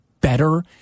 better